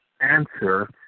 answer